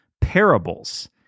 parables